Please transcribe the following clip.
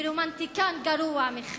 ורומנטיקן גרוע מכם.